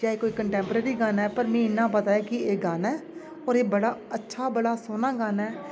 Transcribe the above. जां कोई कंटैंप्रेरी गाना ऐ पर मिगी इन्ना पता कि एह् गाना ऐ होर एह् बड़ा अच्छा बड़ा सोह्ना गाना ऐ